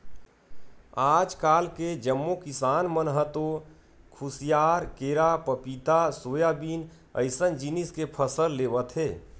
आजकाल के जम्मो किसान मन ह तो खुसियार, केरा, पपिता, सोयाबीन अइसन जिनिस के फसल लेवत हे